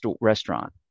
restaurant